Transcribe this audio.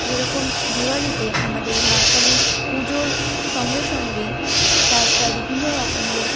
যেরকম দিওয়ালিতে আমাদের মা কালীর পুজোর সঙ্গে সঙ্গে রাস্তায় বিভিন্ন রকমের